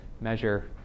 measure